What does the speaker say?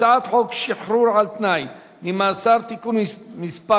הצעת חוק שחרור על-תנאי ממאסר (תיקון מס'